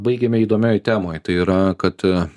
baigėme įdomioj temoj tai yra kad